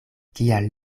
kial